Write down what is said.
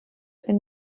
and